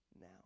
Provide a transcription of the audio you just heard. now